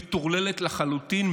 המטורללת לחלוטין,